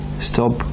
stop